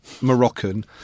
Moroccan